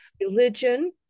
religion